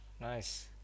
nice